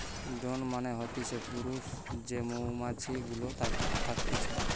drone মানে হতিছে পুরুষ যে মৌমাছি গুলা থকতিছে